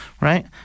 right